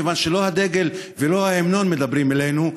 מכיוון שלא הדגל ולא ההמנון מדברים אלינו,